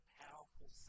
powerful